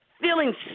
feeling